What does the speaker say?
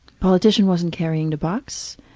politician wasn't carrying the box.